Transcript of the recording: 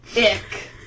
ick